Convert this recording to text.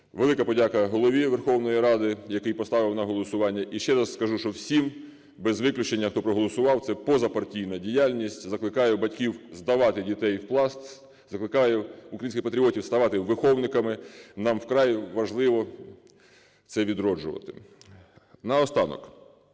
Велика подяка Голові Верховної Ради, який поставив на голосування. І ще раз скажу, що всім, без виключення, хто проголосував. Це позапартійна діяльність. Закликаю батьків здавати дітей в Пласт. Закликаю українських патріотів ставати виховниками. Нам вкрай важливо це відроджувати. Наостанок.